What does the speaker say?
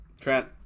Trent